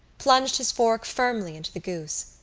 plunged his fork firmly into the goose.